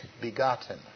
begotten